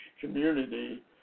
community